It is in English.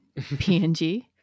.png